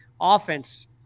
Offense